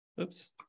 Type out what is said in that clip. Oops